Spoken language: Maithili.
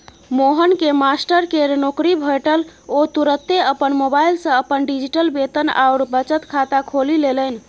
मोहनकेँ मास्टरकेर नौकरी भेटल ओ तुरते अपन मोबाइल सँ अपन डिजिटल वेतन आओर बचत खाता खोलि लेलनि